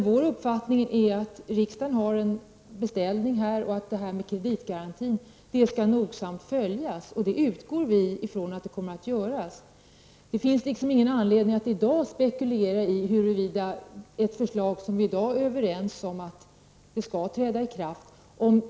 Vår uppfattning är att riksdagen här har gjort en beställning och att detta med kreditgaranti nogsamt skall följas, och vi utgår från att det kommer att ske. Det finns ingen anledning att i dag spekulera i huruvida detta förslag inte skall fungera, och vad man skall göra i så fall.